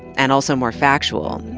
and also more factual.